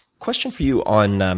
question for you on um